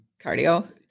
cardio